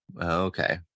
okay